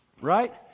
Right